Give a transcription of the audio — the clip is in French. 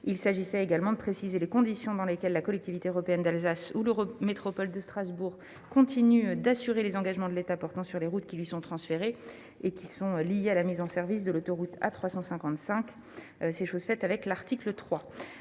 Il s'agit, enfin, de préciser les conditions dans lesquelles la Collectivité européenne d'Alsace ou l'Eurométropole de Strasbourg continuent d'assurer les engagements de l'État portant sur les routes qui leur sont transférées et qui sont liées à la mise en service de l'autoroute A355. C'est chose faite avec l'article 3.